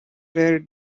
rare